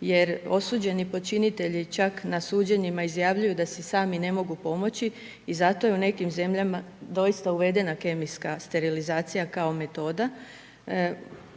jer osuđeni počinitelji čak na suđenjima izjavljuju da si sami ne mogu pomoći i zato je u nekim zemljama doista uvedena kemijska sterilizacija kao metoda.